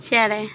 ᱪᱮᱬᱮᱸ